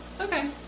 Okay